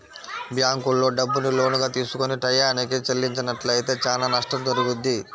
బ్యేంకుల్లో డబ్బుని లోనుగా తీసుకొని టైయ్యానికి చెల్లించనట్లయితే చానా నష్టం జరుగుద్ది